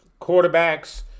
quarterbacks